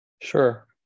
sure